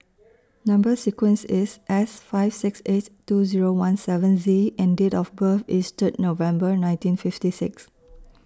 Number sequence IS S five six eight two Zero one seven Z and Date of birth IS Third November nineteen fifty six